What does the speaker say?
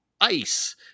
ice